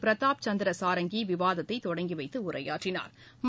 பிரதாப் சந்திர சாரங்கி விவாதத்தை தொடங்கி வைத்து உரையாற்றினாா்